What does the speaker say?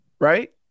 right